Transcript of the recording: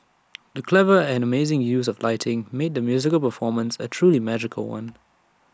the clever and amazing use of lighting made the musical performance A truly magical one